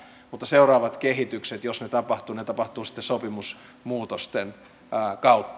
mutta seuraavat kehitykset jos ne tapahtuvat tapahtuvat sitten sopimusmuutosten kautta